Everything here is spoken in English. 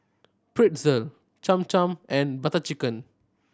Pretzel Cham Cham and Butter Chicken